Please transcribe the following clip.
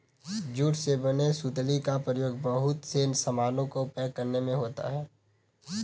jute से बने सुतली का प्रयोग बहुत से सामानों को पैक करने में होता है